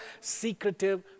secretive